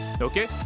Okay